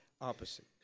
opposite